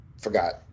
forgot